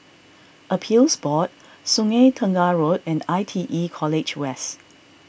Appeals Board Sungei Tengah Road and I T E College West